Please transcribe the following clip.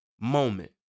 moment